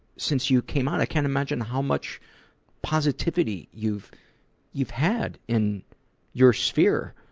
since you came out. i can't imagine how much positivity you've you've had in your sphere.